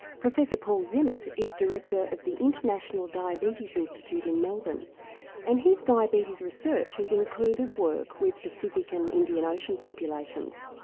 professor paul zimmet is director of the international diabetes institute in melbourne and his diabetes research has included work with pacific and indian ocean populations.